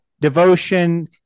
devotion